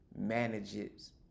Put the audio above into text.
manages